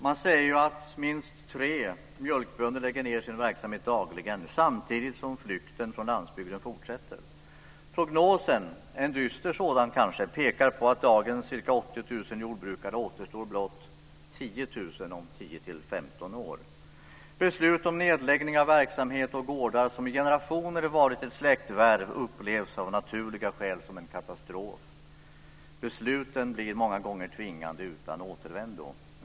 Man säger att minst tre mjölkbönder lägger ned sin verksamhet dagligen samtidigt som flykten från landsbygden fortsätter. Prognosen - en dyster sådan, kanske - pekar på att av dagens ca 80 000 jordbrukare återstår blott 10 000 om 10-15 år. Beslut om nedläggning av verksamhet och gårdar som i generationer har varit ett släktvärv upplevs av naturliga skäl som en katastrof. Besluten blir många gånger tvingande och utan återvändo.